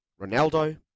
Ronaldo